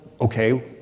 okay